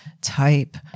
type